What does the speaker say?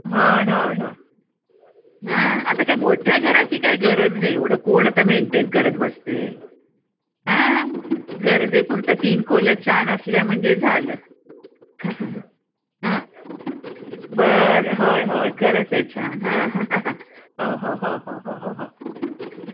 होय होय होय हां आता काय मोठ्या घराची काय गरज नाही एवढं कोण आता मेनटेन करत बसतं आहे हां गरजेपुरतं तीन खोल्या छान असल्या म्हणजे झालं बरं होय होय खरंच आहे छान हां हो हो हो हो हो हो हो